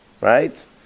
Right